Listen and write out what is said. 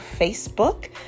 Facebook